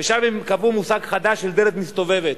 ושם הם קבעו מושג חדש: דלת מסתובבת,